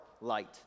light